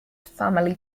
family